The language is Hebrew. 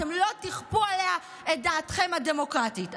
אתם לא תכפו עליה את דעתכם הדמוקרטית.